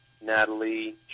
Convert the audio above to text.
natalie